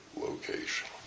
location